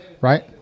Right